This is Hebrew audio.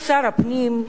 שר הפנים,